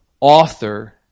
author